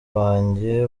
banjye